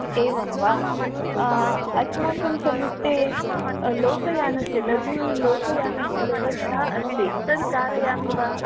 एवं वा अस्माकं समीपे लोकयानस्य लघु लोकयानस्य व्यवस्था अस्ति तत् कारयामि वा